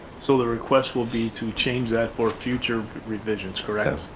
so the request will be to change that for future revisions correct?